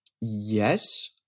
Yes